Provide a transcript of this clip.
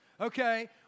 okay